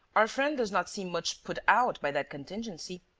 our friend does not seem much put out by that contingency.